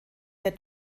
der